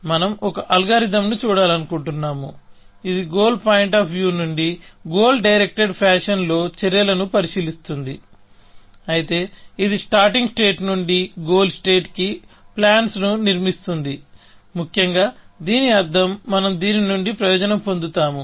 మనం ఒక అల్గోరిథం ను చూడాలనుకుంటున్నాము ఇది గోల్ పాయింట్ ఆఫ్ వ్యూ నుండి గోల్ డైరెక్టెడ్ ఫ్యాషన్ లో చర్యలను పరిశీలిస్తుంది అయితే ఇది స్టార్టింగ్ స్టేట్ నుండి గోల్ స్టేట్ కి ప్లాన్స్ ను నిర్మిస్తుంది ముఖ్యంగా దీని అర్థం మనం దీని నుండి ప్రయోజనం పొందుతాము